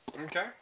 Okay